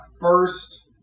first